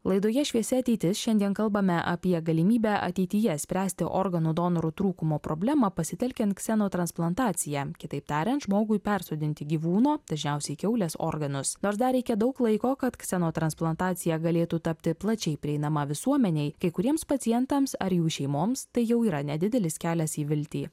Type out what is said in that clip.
laidoje šviesi ateitis šiandien kalbame apie galimybę ateityje spręsti organų donorų trūkumo problemą pasitelkiant kseno transplantaciją kitaip tariant žmogui persodinti gyvūno dažniausiai kiaulės organus nors dar reikia daug laiko kad kseno transplantacija galėtų tapti plačiai prieinama visuomenei kai kuriems pacientams ar jų šeimoms tai jau yra nedidelis kelias į viltį